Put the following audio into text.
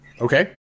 Okay